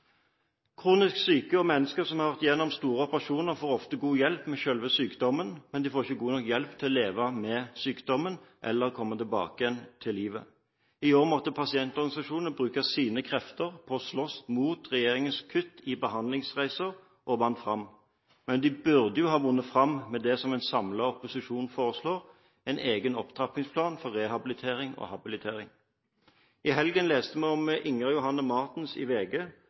Kronisk syke og mennesker som har vært igjennom store operasjoner, får ofte god hjelp med selve sykdommen, men de får ikke god nok hjelp til å leve med sykdommen eller til å komme tilbake til livet. I år måtte pasientorganisasjonene bruke krefter på å slåss mot regjeringens kutt i behandlingsreiser, og de vant fram. Men de burde jo ha vunnet fram med det som en samlet opposisjon foreslår, nemlig en egen opptrappingsplan for rehabilitering og habilitering. I helgen leste vi i VG